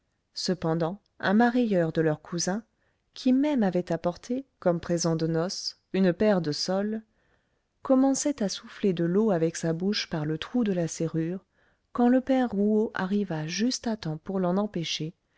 cependant un mareyeur de leurs cousins qui même avait apporté comme présent de noces une paire de soles commençait à souffler de l'eau avec sa bouche par le trou de la serrure quand le père rouault arriva juste à temps pour l'en empêcher